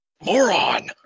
Moron